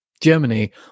germany